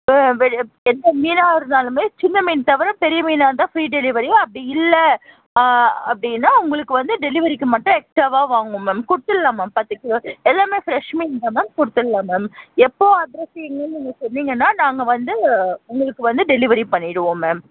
எந்த மீனாக இருந்தாலும் சின்ன மீன் தவிர பெரிய மீனாக இருந்தால் ப்ரீ டெலிவரி அப்படி இல்லை அப்படினா உங்களுக்கு வந்து டெலிவரிக்கு மட்டும் எக்ஸ்ட்ராவாக வாங்குவோம் மேம் கொடுத்திர்லாம் மேம் பத்துக் கிலோ எல்லாம் ஃபிரஷ் மீன் தான் மேம் கொடுத்துர்லாம் மேம் எப்போது அட்ரஸ் எங்கேனு சொன்னிங்கனா நாங்கள் வந்து உங்களுக்கு வந்து டெலிவரி பண்ணிவிடுவோம் மேம்